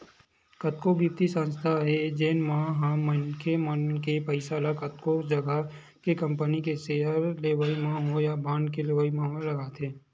कतको बित्तीय संस्था हे जेन मन ह मनखे मन के पइसा ल कतको जघा के कंपनी के सेयर लेवई म होय या बांड के लेवई म होय लगाथे